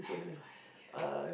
I have no idea